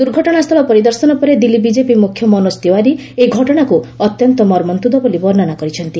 ଦୁର୍ଘଟଣାସ୍ଥଳ ପରିଦର୍ଶନ ପରେ ଦିଲ୍ଲୀ ବିକେପି ମୁଖ୍ୟ ମନୋଚ୍ଚ ତିୱାରୀ ଏହି ଘଟଣାକୁ ଅତ୍ୟନ୍ତ ମର୍ମନ୍ତୁଦ ବୋଲି ବର୍ଷନା କରିଛନ୍ତି